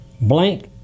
blank